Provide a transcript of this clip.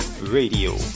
Radio